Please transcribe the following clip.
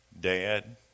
dad